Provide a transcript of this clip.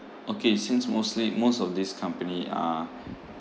okay since mostly most of this company are